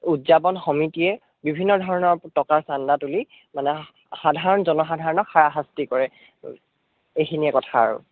উদযাপন সমিতিয়ে বিভিন্ন ধৰণৰ টকা চান্দা তুলি মানে সাধাৰণ জনসাধাৰণক হাৰাশাস্তি কৰে এইখিনিয়ে কথা আৰু